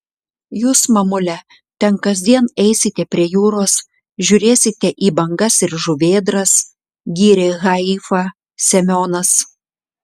jūs mamule ten kasdien eisite prie jūros žiūrėsite į bangas ir žuvėdras gyrė haifą semionas